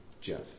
Jeff